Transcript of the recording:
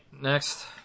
next